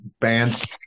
bands